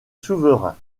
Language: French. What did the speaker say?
souverain